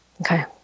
Okay